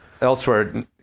elsewhere